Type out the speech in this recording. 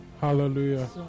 hallelujah